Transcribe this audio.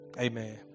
Amen